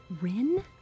Rin